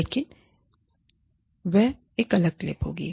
लेकिन वह एक अलग क्लिप होगी